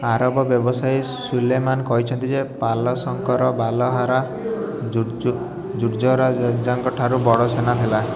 ଆରବ ବ୍ୟବସାୟୀ ସୁଲେମାନ କହିଛନ୍ତି ଯେ ପାଲସଙ୍କର ବାଲହାରା ଜୁର୍ଜରାଜାଙ୍କ ଠାରୁ ବଡ ସେନା ଥିଲା